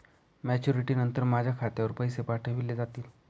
Maturity नंतर माझ्या खात्यावर पैसे पाठविले जातील?